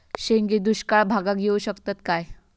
शेंगे दुष्काळ भागाक येऊ शकतत काय?